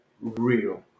real